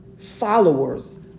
followers